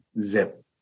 zip